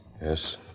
Yes